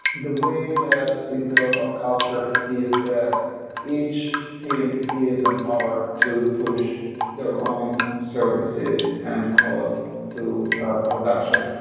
the way that we've built our culture is that each team is empowered to push their own services and called to production.